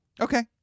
okay